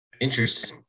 Interesting